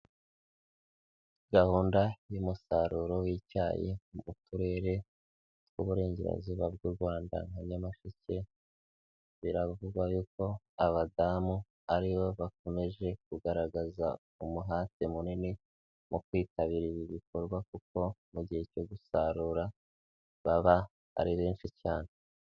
Gahunda y'umusaruro w'icyayi mu Turere tw'Uburengerazuba bw'u Rwanda nka Nyamasheke biravugwa yuko abadamu ari bo bakomeje kugaragaza umuhate munini mu kwitabira ibi bikorwa kuko mu gihe cyo gusarura baba ari benshi cyane.